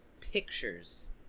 pictures